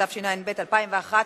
התשע"ב 2011,